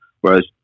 Whereas